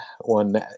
one